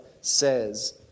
says